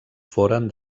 foren